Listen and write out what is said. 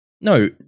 No